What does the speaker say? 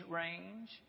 range